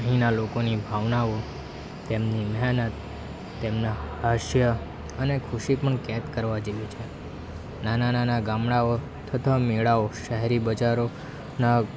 અહીંના લોકોની ભાવનાઓ તેમની મહેનત તેમના હાસ્ય અને ખુશી પણ કેદ કરવા જેવી છે નાના નાના ગામડાંઓ તથા મેળાઓ શહેરી બજારોના